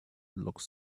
looked